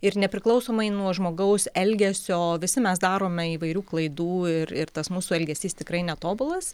ir nepriklausomai nuo žmogaus elgesio visi mes darome įvairių klaidų ir ir tas mūsų elgesys tikrai netobulas